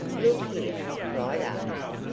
look here, cried artis.